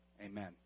Amen